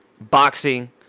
Boxing